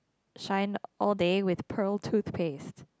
shine all day with pearl toothpaste